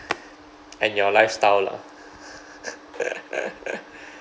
and your lifestyle lah